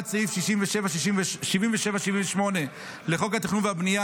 סעיפים 78-77 לחוק התכנון והבנייה,